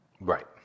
Right